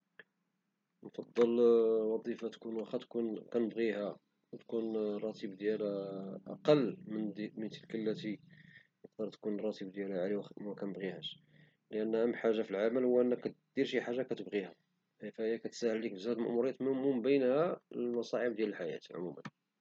نفضل واخا الوظيفة تكون الراتب ديالها أقل ولكن نكون كنبغيها على دك لي يكون الراتب ديالها عالي ولكن مكنبغيهاش لأن أهم حاجة في العمل هو تكون كدير شي حاجة كتبغيها، فهي كتسهل عليك بزاف ديال المأموريات ومن بينها مصاعب الحياة عموما.